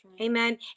Amen